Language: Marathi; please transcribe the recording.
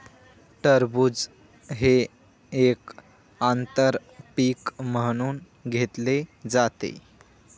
टरबूज हे एक आंतर पीक म्हणून घेतले जाते